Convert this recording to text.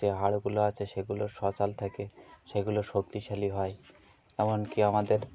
যে হাড়গুলো আছে সেগুলো শচাল থাকে সেগুলো শক্তিশালী হয় এমনকি আমাদের